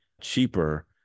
cheaper